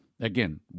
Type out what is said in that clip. Again